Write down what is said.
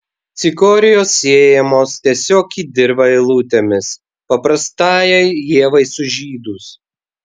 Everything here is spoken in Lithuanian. cikorijos sėjamos tiesiog į dirvą eilutėmis paprastajai ievai sužydus